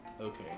okay